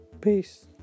Peace